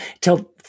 till